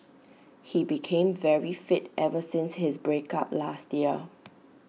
he became very fit ever since his break up last year